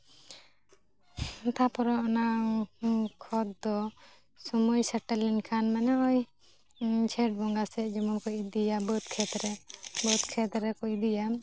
ᱛᱟᱯᱚᱨᱮ ᱚᱱᱟ ᱠᱷᱚᱛ ᱫᱚ ᱥᱚᱢᱚᱭ ᱥᱮᱴᱮᱨ ᱞᱮᱱᱷᱟᱱ ᱢᱟᱱᱮ ᱳᱭ ᱡᱷᱮᱸᱴ ᱵᱚᱸᱜᱟ ᱥᱮᱡ ᱡᱮᱢᱚᱱ ᱠᱚ ᱤᱫᱤᱭᱟ ᱵᱟᱹᱫᱽ ᱠᱷᱮᱛ ᱨᱮ ᱵᱟᱹᱫᱽ ᱠᱷᱮᱛ ᱨᱮᱠᱚ ᱤᱫᱤᱭᱟ